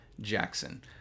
Jackson